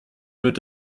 wird